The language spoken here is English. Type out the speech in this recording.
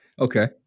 Okay